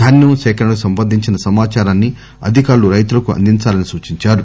ధాన్యం సేకరణకు సంబంధించిన సమాచారాన్ని అధికారులు రైతులకు అందించాలని సూచించారు